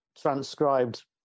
transcribed